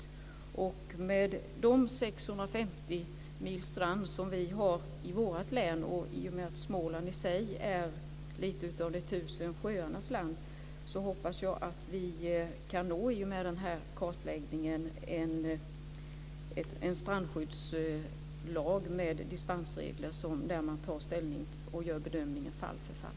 I och med de 650 mil strand som vi har i vårt län och att Småland i sig är lite av de tusen sjöarnas land hoppas jag att vi med den här kartläggningen kan nå en strandskyddslag med dispensregler där man tar ställning och gör en bedömning från fall till fall.